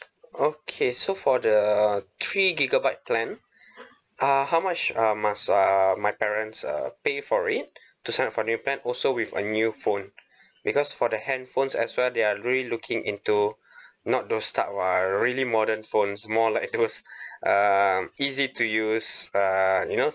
okay so for the three gigabyte plan uh how much uh must uh my parents uh pay for it to sign up for new plan also with a new phone because for the handphones as well they are really looking into not those type uh are really modern phones more like those um easy to use uh you know